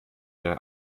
ihre